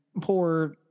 poor